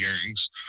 hearings